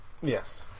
Yes